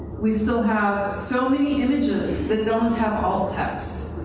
we still have so many images that don't have all text.